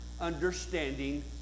understanding